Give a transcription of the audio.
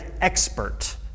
expert